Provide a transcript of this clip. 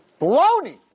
baloney